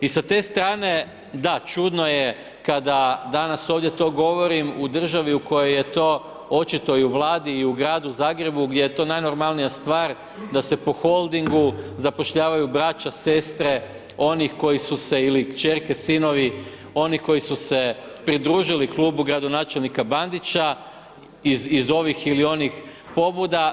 I sa te strane, da, čudno je kada danas ovdje to govorim u državi u kojoj je to očito i u Vladi i u gradu Zagrebu gdje je to najnormalnija stvar da se po Holdingu zapošljavaju braća, sestre, onih koji su se, ili kćerke, sinovi onih koji su se pridružili klubu gradonačelnika Bandića iz ovih ili onih pobuda.